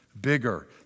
bigger